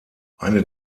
eine